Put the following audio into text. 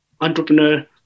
entrepreneur